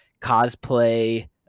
cosplay